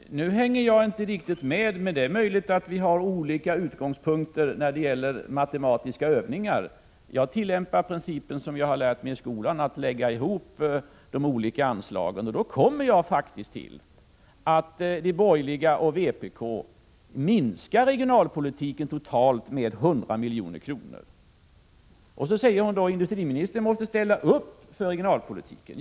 Fru talman! Nu hänger jag inte riktigt med — det är möjligt att vi har olika utgångspunkter i våra matematiska övningar. Jag tillämpar den princip som jag har lärt mig i skolan att lägga ihop de olika anslagen. Då kommer jag faktiskt till att de borgerliga och vpk minskar anslagen till regionalpolitiken med totalt 100 milj.kr. Så säger Gunnel Jonäng: Industriministern måste ställa upp för regionalpolitiken.